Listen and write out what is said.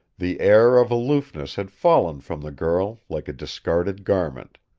the air of aloofness had fallen from the girl like a discarded garment.